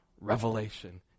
revelation